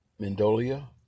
Mendolia